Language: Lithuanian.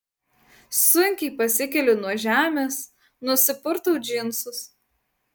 sunkiai pasikeliu nuo žemės nusipurtau džinsus